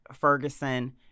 Ferguson